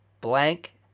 Blank